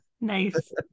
nice